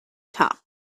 top